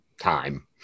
time